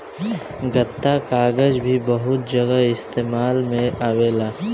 गत्ता कागज़ भी बहुत जगह इस्तेमाल में आवेला